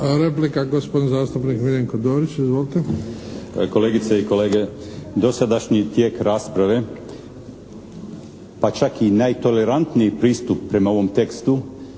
Replika gospodin zastupnik Miljenko Dorić. Izvolite! **Dorić, Miljenko (HNS)** Kolegice i kolege, dosadašnji tijek rasprave pa čak i najtolerantniji pristup prema ovom tekstu